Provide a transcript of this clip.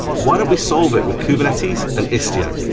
why don't we solve it with kubernetes and istio?